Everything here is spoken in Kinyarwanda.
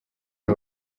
aba